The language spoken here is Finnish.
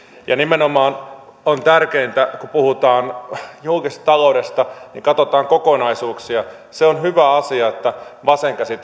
ja nimenomaan se on tärkeintä kun puhutaan julkisesta taloudesta että katsotaan kokonaisuuksia se on hyvä asia että vasen käsi